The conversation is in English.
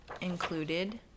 included